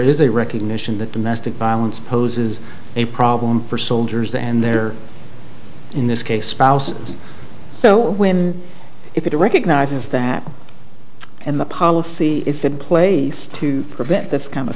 is a recognition that domestic violence poses a problem for soldiers and there in this case spouses so when it recognizes that and the policy is in place to prevent this kind of